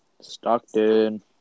Stockton